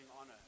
honor